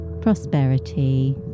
prosperity